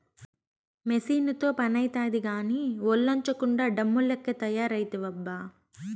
మెసీనుతో పనైతాది కానీ, ఒల్లోంచకుండా డమ్ము లెక్క తయారైతివబ్బా